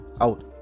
out